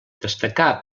destacà